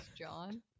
john